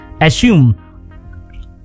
assume